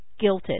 guilted